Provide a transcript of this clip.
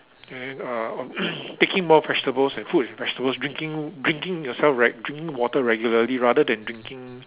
and uh taking more vegetables and fruits and vegetables drinking drinking yourself re~ drinking water regularly rather than drinking